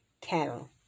cattle